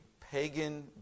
pagan